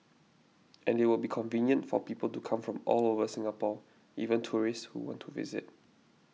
and it will be convenient for people to come from all over Singapore even tourists who want to visit